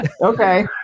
okay